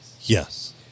Yes